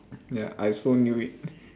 ya I also knew it